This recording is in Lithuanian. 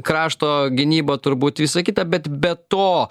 krašto gynyba turbūt visa kita bet be to